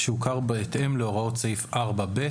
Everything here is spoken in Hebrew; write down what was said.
שהוכר בהתאם להוראות סעיף 4ב,